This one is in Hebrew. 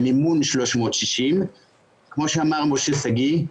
במימון 360. כמו שאמר משה שגיא,